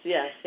Yes